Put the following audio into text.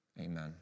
amen